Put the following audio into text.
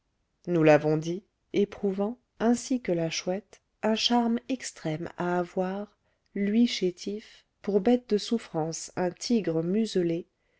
nous l'avons dit éprouvant ainsi que la chouette un charme extrême à avoir lui chétif pour bête de souffrance un tigre muselé